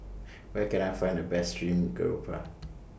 Where Can I Find The Best Stream Grouper